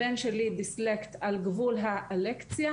הבן שלי דיסלקט על גבול האלקציה,